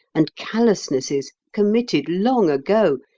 and callousnesses committed long ago,